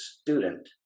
student